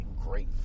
great